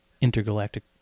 intergalactic